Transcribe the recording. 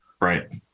right